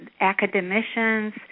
academicians